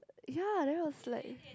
ya that was like